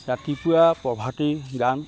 ৰাতিপুৱা প্ৰভাতী গান